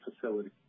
facility